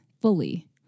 fully